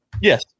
Yes